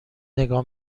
نگاه